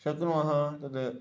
शक्नुमः तद्